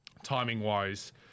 Timing-wise